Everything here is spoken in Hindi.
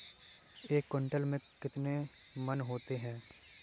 एक क्विंटल में कितने मन होते हैं?